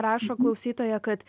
rašo klausytoja kad